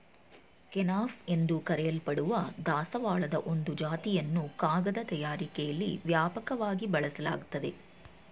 kenaf ಎಂದು ಕರೆಯಲ್ಪಡುವ ದಾಸವಾಳದ ಒಂದು ಜಾತಿಯನ್ನು ಕಾಗದ ತಯಾರಿಕೆಲಿ ವ್ಯಾಪಕವಾಗಿ ಬಳಸಲಾಗ್ತದೆ